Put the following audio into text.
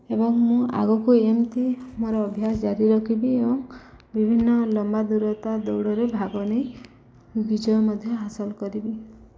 ଏବଂ ମୁଁ ଆଗକୁ ଏମିତି ମୋର ଅଭ୍ୟାସ ଜାରି ରଖିବି ଏବଂ ବିଭିନ୍ନ ଲମ୍ବା ଦୂରତା ଦୌଡ଼ରେ ଭାଗ ନେଇ ବିଜୟ ମଧ୍ୟ ହାସଲ କରିବି